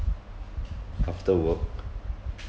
after work